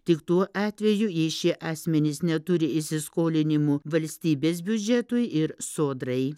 tik tuo atveju jei šie asmenys neturi įsiskolinimų valstybės biudžetui ir sodrai